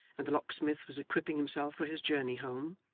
and the locksmith was equipping himself for his journey home